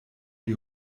die